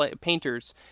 painters